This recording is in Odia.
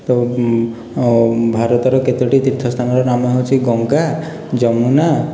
ତ ଭାରତର କେତୋଟି ତୀର୍ଥ ସ୍ଥାନର ନାମ ହେଉଛି ଗଙ୍ଗା ଯମୁନା